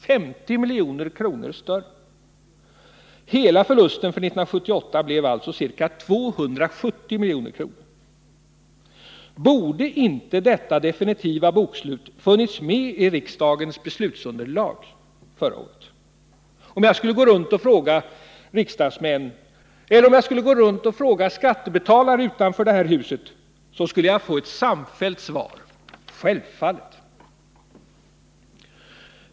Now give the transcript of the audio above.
Hela förlusten för 1978 blev alltså ca 270 milj.kr. Borde inte detta definitiva bokslut ha funnits med i riksdagens beslutsunderlag förra året? Om jag skulle gå runt och fråga skattebetalare utanför det här huset skulle jag få ett samfällt svar: Självfallet!